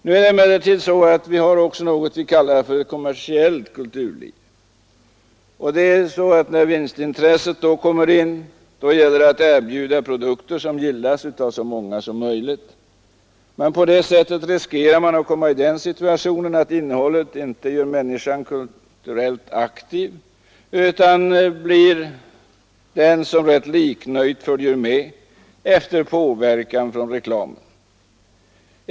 Det finns emellertid också något som vi kallar ett kommersiellt kulturliv. Det är ju så att där vinstintresset kommer in, där gäller det att erbjuda produkter som gillas av så många som möjligt. Men på det sättet riskerar man att komma i den situationen att innehållet inte gör människorna kulturellt aktiva utan att de endast rätt liknöjt följer med efter påverkan från reklamen.